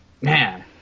man